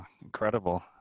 incredible